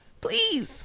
please